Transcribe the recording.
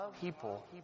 people